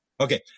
Okay